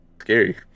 Scary